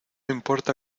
importa